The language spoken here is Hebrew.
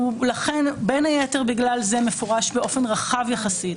שהוא לכן בין היתר בגלל זה מפורש באופן רחב יחסית,